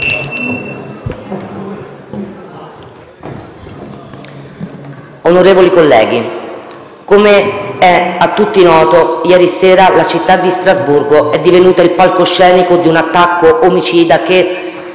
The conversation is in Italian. Onorevoli colleghi, come è a tutti noto, ieri sera la città di Strasburgo è divenuta il palcoscenico di un attacco omicida che,